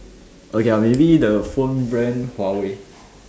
okay lah maybe the phone brand Huawei